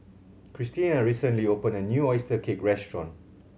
Kristina recently opened a new oyster cake restaurant